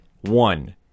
One